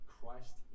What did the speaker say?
Christ